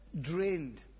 drained